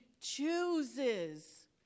chooses